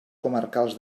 comarcals